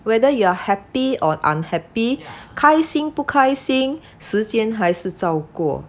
whether you are happy or unhappy 开心不开心时间还是照过